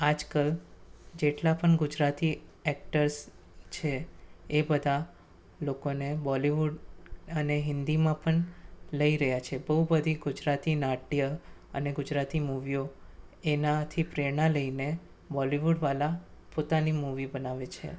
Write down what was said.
આજકાલ જેટલા પણ ગુજરાતી એક્ટર્સ છે એ બધાં લોકોને બોલિવૂડ અને હિન્દીમાં પણ લઈ રહ્યા છે બહુ બધી ગુજરાતી નાટ્ય અને ગુજરાતી મૂવીઓ તેમાંથી પ્રેરણા લઈને બોલિવૂડવાળા પોતાની મૂવી બનાવે છે